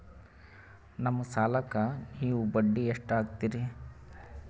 ನಮ್ಮ ಸಾಲಕ್ಕ ನೀವು ಬಡ್ಡಿ ಎಷ್ಟು ಹಾಕ್ತಿರಿ?